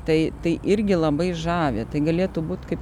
tai tai irgi labai žavi tai galėtų būt kaip